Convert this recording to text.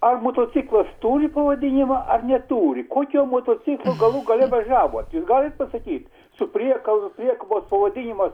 ar motociklas turi pavadinimą ar neturi kokio motociklo galų gale važiavot jūs galit pasakyt su priekaba priekabos pavadinimas